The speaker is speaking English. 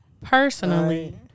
personally